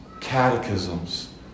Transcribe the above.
catechisms